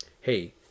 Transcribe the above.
hey